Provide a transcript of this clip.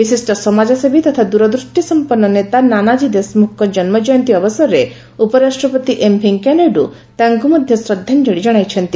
ବିଶିଷ୍ଟ ସମାଜସେବୀ ତଥା ଦୂରଦୂଷ୍ଟି ସମ୍ପନ୍ଧ ନେତା ନାନାକ୍ରୀ ଦେଶମୁଖଙ୍କ ଜନ୍ମକୟନ୍ତୀ ଅବସରରେ ଉପରାଷ୍ଟ୍ରପତି ଏମ୍ ଭେଙ୍କେୟାନାଇଡୁ ତାଙ୍କୁ ମଧ୍ୟ ଶ୍ରଦ୍ଧାଞ୍ଚଳି ଜଣାଇଛନ୍ତି